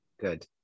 Good